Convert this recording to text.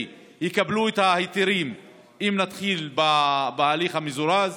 יקבלו את ההיתרים אם נתחיל בהליך המזורז,